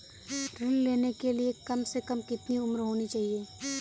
ऋण लेने के लिए कम से कम कितनी उम्र होनी चाहिए?